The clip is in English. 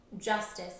justice